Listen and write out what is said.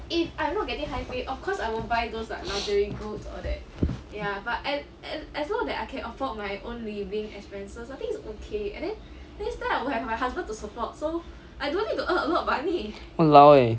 !walao! eh